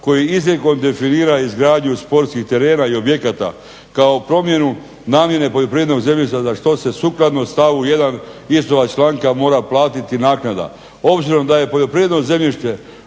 koji izrekom definira izgradnju sportskih terena i objekata kao promjenu namjene poljoprivrednog zemljišta da što se sukladno stavu 1. istoga članka mora platiti naknada. Obzirom da je poljoprivredno zemljište